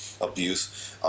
abuse